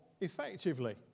effectively